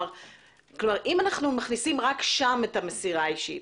אם אנחנו מכניסים רק שם את המסירה האישית,